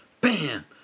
bam